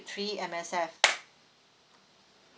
three M_S_F